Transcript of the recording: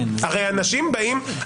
הרי אנשים באים,